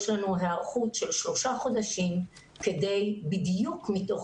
יש לנו היערכות של שלושה חודשים בדיוק מתוך